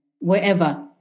wherever